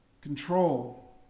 control